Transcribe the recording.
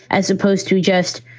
as opposed to just.